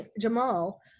Jamal